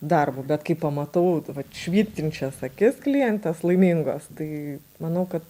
darbu bet kai pamatau vat švytinčias akis klientės laimingos tai manau kad